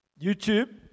YouTube